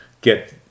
get